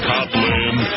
Copland